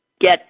get